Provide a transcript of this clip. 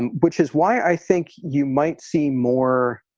and which is why i think you might see more.